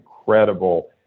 incredible